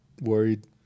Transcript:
worried